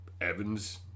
Evans